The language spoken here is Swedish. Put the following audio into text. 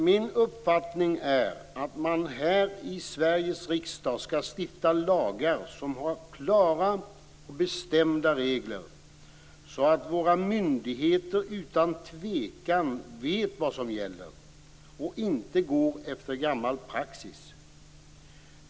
Min uppfattning är att man här i Sveriges riksdag skall stifta lagar som innehåller klara och bestämda regler, så att våra myndigheter utan tvekan vet vad som gäller och inte går efter gammal praxis.